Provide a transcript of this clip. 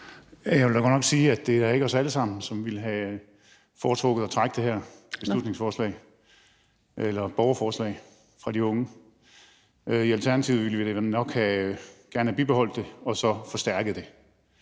Jeg vil da godt nok sige, at det ikke er os alle sammen, der havde foretrukket at trække det her borgerforslag fra de unge – i Alternativet ville vi nok gerne have bibeholdt det og så have forstærket det.